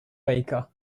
baker